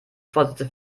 vorsätze